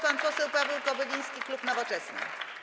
Pan poseł Paweł Kobyliński, klub Nowoczesna.